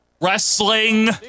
Wrestling